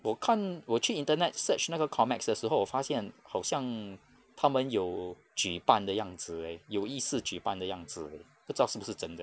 我看我去 internet search 那个 comex 的时候发现好像他们有举办的样子 leh 有意思举办的样子 leh 不知道是不是真的